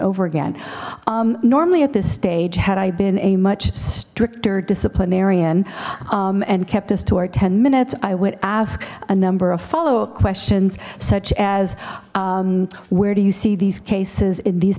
over again normally at this stage had i been a much stricter disciplinarian and kept us to our ten minutes i would ask a number of follow up questions such as where do you see these cases in these